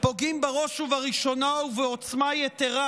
פוגעים בראש ובראשונה ובעוצמה יתרה